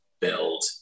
build